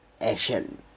action